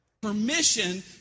Permission